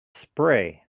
spray